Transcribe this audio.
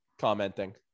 commenting